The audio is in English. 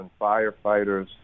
firefighters